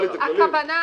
הכוונה היא